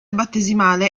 battesimale